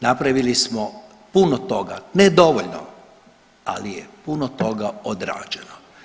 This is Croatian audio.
Napravili smo puno toga, ne dovoljno, ali je puno toga odrađeno.